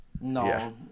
No